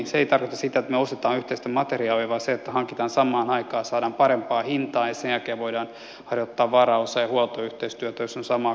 se ei tarkoita sitä että me ostamme yhteistä materiaalia vaan sitä että hankitaan samaan aikaan ja saadaan parempaan hintaan ja sen jälkeen voidaan harjoittaa varaosa ja huoltoyhteistyötä jos on samaa kalustoa ynnä muuta